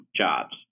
jobs